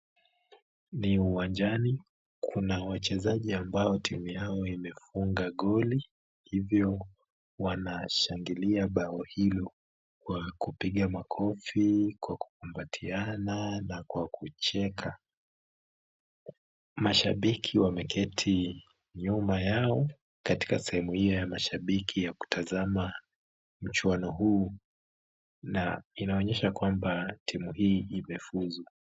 Ni uwanjani kuna wachezaji ambao timu yao imefunga goli, hivyo wanashangilia bao hilo kwa kupiga makofi, kwa kukubatiana na kwa kucheka, mashabiki wameketi nyuma yao katika sehemu hiyo ya mashabiki ya kutazama muchuano huu, na inaonyesha kwamba timu hii imefuzu.